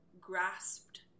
grasped